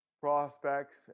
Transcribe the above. prospects